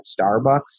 Starbucks